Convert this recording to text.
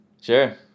Sure